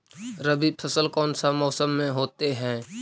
रवि फसल कौन सा मौसम में होते हैं?